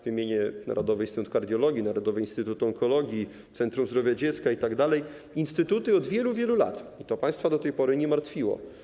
Wymienię Narodowy Instytut Kardiologii, Narodowy Instytut Onkologii, Centrum Zdrowia Dziecka itd., instytuty od wielu, wielu lat, to państwa do tej pory nie martwiło.